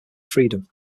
freedom